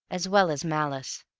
as well as malice,